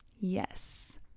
Yes